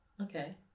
okay